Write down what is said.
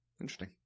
Interesting